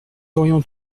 aurions